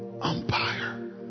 Umpire